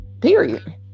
Period